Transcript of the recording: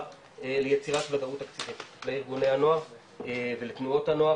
ליצירת וודאות אקטיבית לארגוני הנוער ולתנועות הנוער,